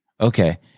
Okay